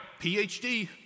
PhD